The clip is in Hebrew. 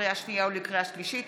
לקריאה שנייה ולקריאה שלישית,